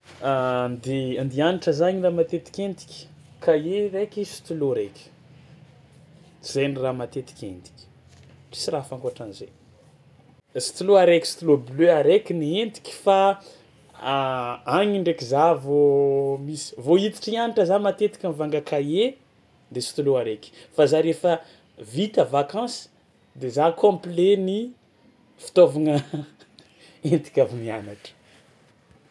Andia andia hianatra zany raha matetiky entiky: kahie raiky, stylo raiky zay ny raha matetiky entiky, tsisy raha hafa ankoatran'zay, stylo araiky stylo bleu araiky ny entiky fa agny ndraiky za vao misy vao hiditry hianatra za matetika mivanga kahie de stylo araiky fa za rehefa vita vakansy de za complet ny fitaovagna entiky avy mianatra.